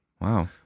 Wow